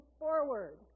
forward